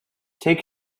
take